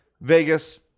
Vegas